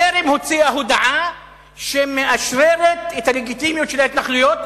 מיקרונזיה טרם הוציאה הודעה שמאשררת את הלגיטימיות של ההתנחלויות.